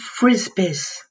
frisbees